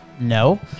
No